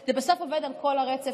בסוף זה עובד על כל הרצף.